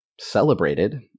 celebrated